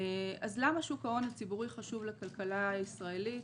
אז למה שוק ההון הציבורי חשוב לכלכלה הישראלית?